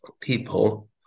people